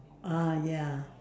ah ya